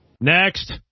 Next